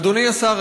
אדוני השר,